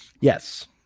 Yes